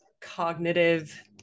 cognitive